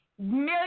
Million